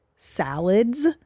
salads